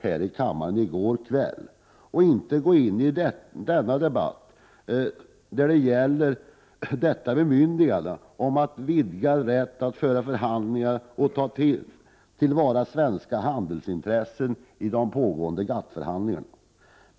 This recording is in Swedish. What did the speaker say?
Han borde däremot inte gå in i denna debatt, där det gäller ett bemyndigande om vidgad rätt för regeringen att föra förhandlingar och att ta till vara svenska handelsintressen i de pågående GATT-förhandlingarna.